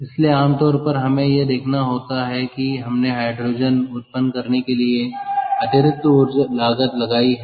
इसलिए आम तौर पर हमें यह देखना होता हैं कि हमने हाइड्रोजन उत्पन्न करने के लिए अतिरिक्त लागत लगाई है